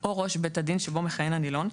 או ראש בית הדין שבו מכהן הנילון,